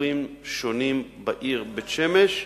ציבורים שונים בעיר בית-שמש ובכלל.